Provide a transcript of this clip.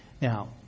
Now